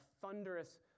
thunderous